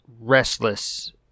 restless